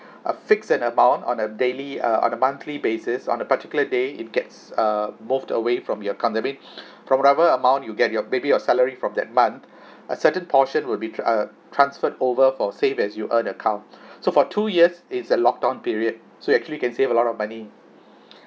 uh fixed an amount on a daily uh on a monthly basis on a particular day it gets err moved away from your account that means from rubber amount you get your maybe your salary from that month a certain portion will be tr~ uh transferred over for save as you earn account so for two years it's a locked on period so actually can save a lot of money